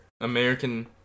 American